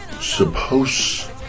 Supposed